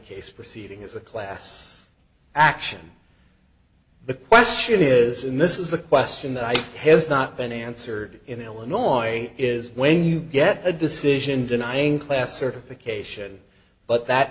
case proceeding as a class action the question is and this is a question that i has not been answered in illinois is when you get a decision denying class certification but that